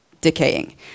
decaying